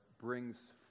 brings